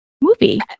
movie